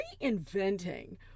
reinventing